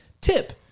tip